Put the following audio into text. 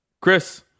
Chris